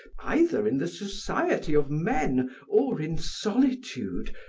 either in the society of men or in solitude,